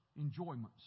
enjoyments